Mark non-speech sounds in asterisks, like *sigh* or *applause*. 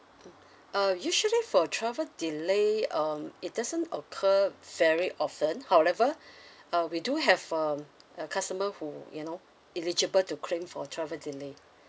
mm uh usually for travel delay um it doesn't occur very often however *breath* uh we do have um a customer who you know eligible to claim for travel delay